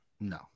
No